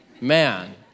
Man